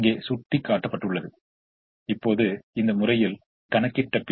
எனவே இந்த ன் நிகர விளைவு 9 7 ஆகும் ஏனெனில் 1 6 5 இதன் தீர்வு 3 ஆக இருக்கும்